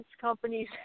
companies